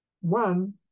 One